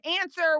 answer